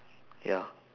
ya